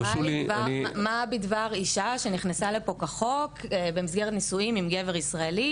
מה בדבר אישה שנכנסה לפה כחוק במסגרת נישואין עם גבר ישראלי?